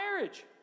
marriage